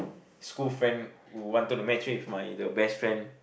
school friend who wanted to match her with my the best friend